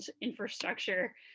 infrastructure